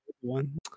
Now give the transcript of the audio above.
one